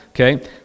Okay